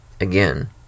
Again